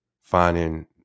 finding